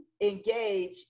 engage